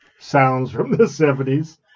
soundsfromthe70s